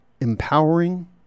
empowering